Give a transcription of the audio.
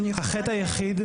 אני יכולה להגיב?